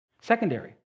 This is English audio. Secondary